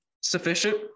sufficient